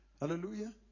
Hallelujah